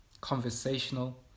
conversational